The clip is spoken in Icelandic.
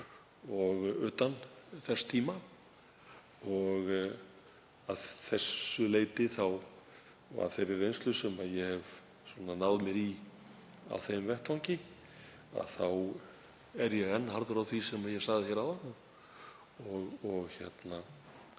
og utan þess tíma, og að þessu leyti og af þeirri reynslu sem ég hef náð mér í á þeim vettvangi þá er ég enn harður á því sem ég sagði áðan.